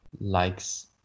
likes